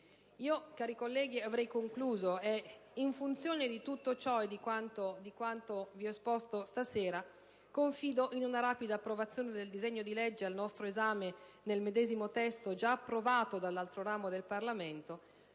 alla programmazione 2007-2013. In funzione di tutto ciò e di quanto vi ho esposto stasera, confido in una rapida approvazione del disegno di legge al nostro esame nel medesimo testo già approvato dall'altro ramo del Parlamento,